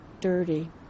dirty